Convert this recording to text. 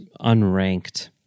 unranked